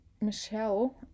michelle